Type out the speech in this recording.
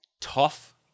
Tough